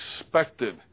expected